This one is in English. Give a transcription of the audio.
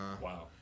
Wow